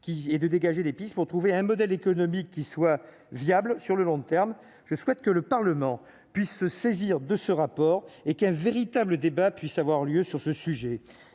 est de dégager des pistes pour trouver un modèle économique qui soit viable sur le long terme, je souhaite que le Parlement puisse se saisir de ce rapport et qu'un véritable débat puisse avoir lieu sur ce sujet,